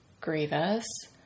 grievous